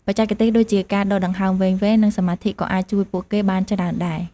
បច្ចេកទេសដូចជាការដកដង្ហើមវែងៗ និងសមាធិក៏អាចជួយពួកគេបានច្រើនដែរ។